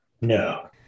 no